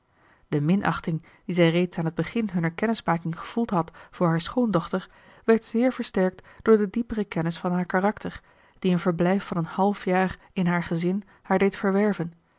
de minachting die zij reeds aan t begin hunner kennismaking gevoeld had voor haar schoondochter werd zeer versterkt door de diepere kennis van haar karakter die een verblijf van een half jaar in haar gezin haar deed verwerven